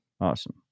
Awesome